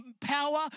power